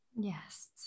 Yes